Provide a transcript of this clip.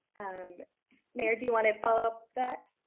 um mayor, do you want to follow up that?